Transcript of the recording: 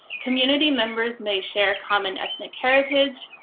community members may share common ethnic heritage,